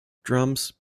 drums